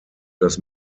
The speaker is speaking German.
das